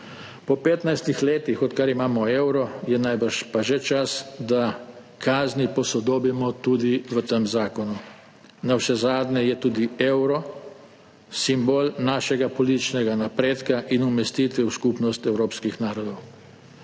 Po 15 letih, odkar imamo evro, je pa najbrž že čas, da kazni posodobimo tudi v tem zakonu. Navsezadnje je tudi evro simbol našega političnega napredka in umestitve v skupnost evropskih narodov.